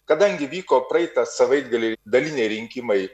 kadangi vyko praeitą savaitgalį daliniai rinkimai